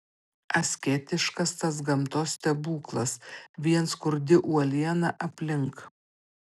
asketiškas tas gamtos stebuklas vien skurdi uoliena aplink